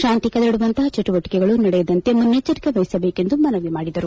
ಶಾಂತಿ ಕದಡುವಂತಹ ಚಟುವಟಿಕೆಗಳು ನಡೆಯದಂತೆ ಮುನ್ನೆಚ್ಚರಿಕೆ ವಹಿಸಬೇಕೆಂದು ಮನವಿ ಮಾಡಿದರು